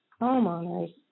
homeowners